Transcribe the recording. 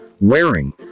wearing